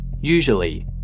Usually